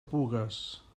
pugues